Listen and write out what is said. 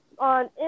on